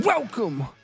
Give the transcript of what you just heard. Welcome